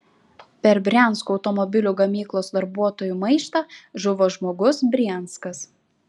per briansko automobilių gamyklos darbuotojų maištą žuvo žmogus brianskas